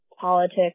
politics